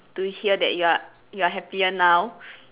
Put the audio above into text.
to hear that you are you are happier now